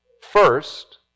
First